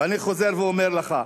ואני חוזר ואומר לך: